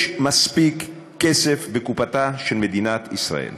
יש מספיק כסף בקופתה של מדינת ישראל.